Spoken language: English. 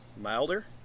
milder